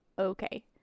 okay